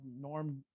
Norm